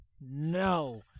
No